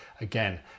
again